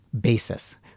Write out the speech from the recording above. basis